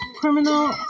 Criminal